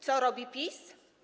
Co robi PiS?